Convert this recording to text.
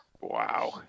Wow